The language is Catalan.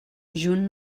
junt